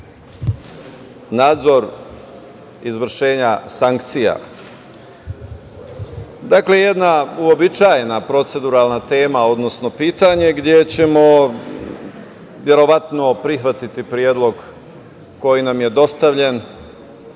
nadzor izvršenje sankcija. Jedna uobičajena proceduralna tema, odnosno pitanje gde ćemo verovatno prihvatiti predlog koji nam je dostavljen